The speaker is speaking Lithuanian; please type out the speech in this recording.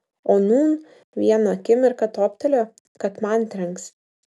o nūn vieną akimirką toptelėjo kad man trenks